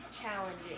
challenging